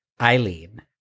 Eileen